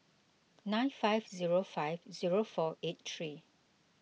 nine five zero five zero four eight three